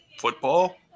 football